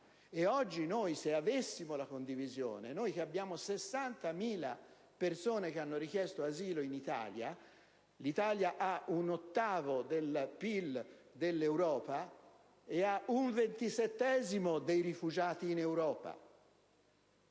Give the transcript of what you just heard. in testa) ha voluto la condivisione. Oggi sono 60.000 le persone che hanno richiesto asilo in Italia; l'Italia ha un ottavo del PIL dell'Europa e ha un ventisettesimo dei rifugiati in Europa;